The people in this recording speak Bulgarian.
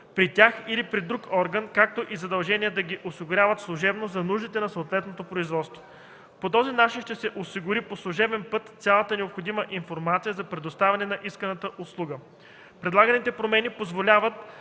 при тях или при друг орган, както и задължение да ги осигуряват служебно за нуждите на съответното производство. По този начин ще се осигури по служебен път цялата необходима информация за предоставяне на исканата услуга. Предлаганите промени позволяват